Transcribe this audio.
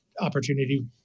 opportunity